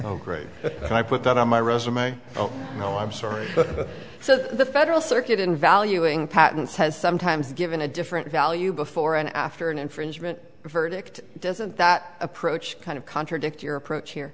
oh great and i put that on my resume oh no i'm sorry but so the federal circuit in valuing patents has sometimes given a different value before and after an infringement verdict doesn't that approach kind of contradict your approach here